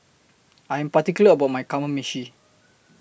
I Am particular about My Kamameshi